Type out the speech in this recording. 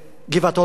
גבעת-אולגה.